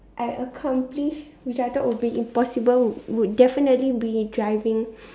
I accomplish which I thought would be impossible would definitely be driving